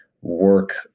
work